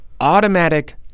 automatic